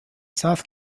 south